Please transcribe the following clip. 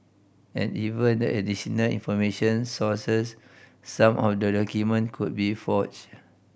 and even the additional information sources some of the document could be forged